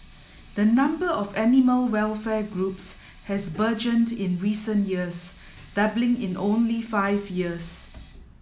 the number of animal welfare groups has burgeoned in recent years doubling in only five years